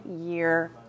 year